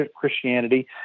Christianity